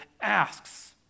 asks